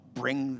bring